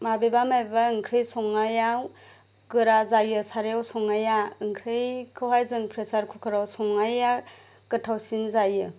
माबेबा माबेबा ओंख्रि संनायाव गोरा जायो सारायाव संनाया ओंख्रिखौहाय जों प्रेसार कुकाराव संनाया गोथावसिन जायो